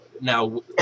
now